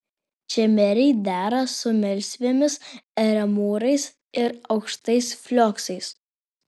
čemeriai dera su melsvėmis eremūrais ir aukštais flioksais